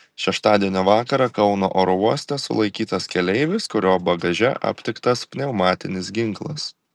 šeštadienio vakarą kauno oro uoste sulaikytas keleivis kurio bagaže aptiktas pneumatinis ginklas